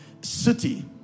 city